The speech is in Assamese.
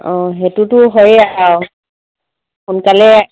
অঁ সেইটোটো হয়েই আৰু সোনকালে